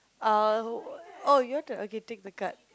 uh oh your turn okay take the card